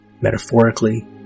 metaphorically